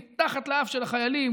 מתחת לאף של החיילים,